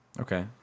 Okay